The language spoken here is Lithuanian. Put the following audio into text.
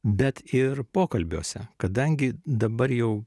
bet ir pokalbiuose kadangi dabar jau